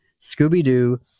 Scooby-Doo